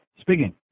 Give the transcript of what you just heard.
Speaking